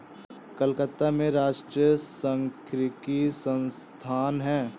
कलकत्ता में राष्ट्रीय सांख्यिकी संस्थान है